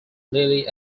lily